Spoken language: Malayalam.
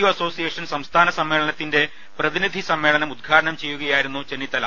ഒ അസോസിയേഷൻ സംസ്ഥാന സമ്മേളനത്തിന്റെ പ്രതിനിധി സമ്മേളനം ഉദ്ഘാടനം ചെയ്യുകയായിരുന്നു ചെന്നിത്തല